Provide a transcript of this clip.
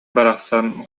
барахсан